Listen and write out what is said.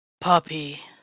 Puppy